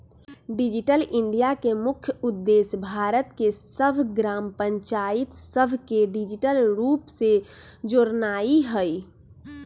digital India के मुख्य उद्देश्य भारत के सभ ग्राम पञ्चाइत सभके डिजिटल रूप से जोड़नाइ हइ